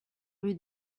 rue